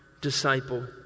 disciple